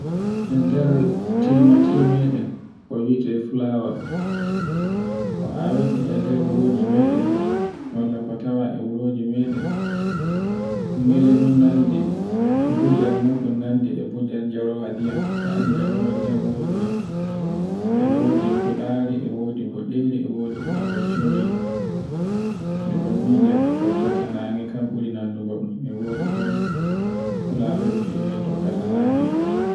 E nder tilmatirmeɗen ko wi'ete fulawa, ko a waten e nder gure meɗen, malla ko tawa e nder gure meɗen, nyellemun nandi, bujan muɗum nandi e bujam jarowa ndiyam. A andi jarowa ndiyam wadu ha e wodi bulafre, e wodi boɗere, huɗa hoccere. Miɗo mija tokkata nange kan ɓuri nandugo ɗum, e wodi ɗum fulawel go e we tokkata nange.